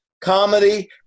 comedy